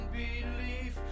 belief